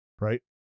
Right